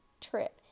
trip